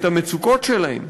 את המצוקות שלהם?